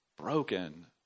broken